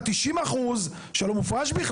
אני מכיר מקרים שבהם זכאי מאושפז תקופה ממושכת בבית חולים.